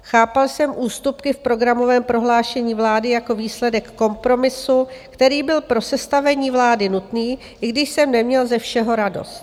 Chápal jsem ústupky v programovém prohlášení vlády jako výsledek kompromisu, který byl pro sestavení vlády nutný, i když jsem neměl ze všeho radost.